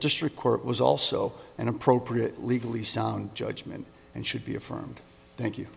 district court was also an appropriate legally sound judgment and should be affirmed thank you